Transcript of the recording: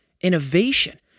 innovation